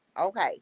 Okay